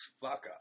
fuck-up